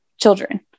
children